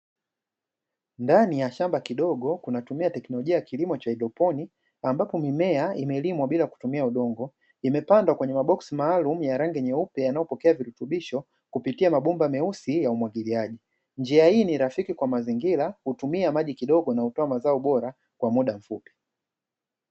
Ndani ya shamba kidogo kunatumia teknolojia ya kilimo cha haidroponi, ambapo mimea imelimwa bila kutumia udongo, imepandwa kwenye maboksi maalumu ya rangi nyeupe yanayopokea virutubisho kupitia mabomba meusi ya umwagiliaji, njia hii ni rafiki kwa mazingira hutumia maji kidogo na utoa mazao bora kwa muda mfupi.